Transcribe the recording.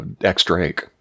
X-Drake